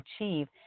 achieve